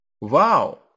Wow